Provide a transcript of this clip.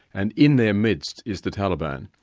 and in their midst is the taliban.